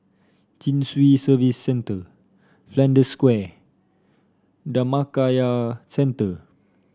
Chin Swee Service Centre Flanders Square Dhammakaya Centre